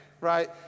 Right